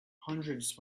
hundreds